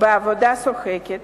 בעבודה שוחקת),